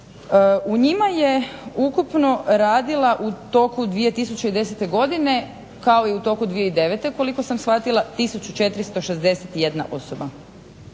U njima je ukupno radilo u toku 2010. godine kao i u toku 2009. koliko sam shvatila 1461 osoba.